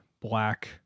black